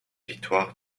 victoire